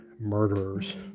murderers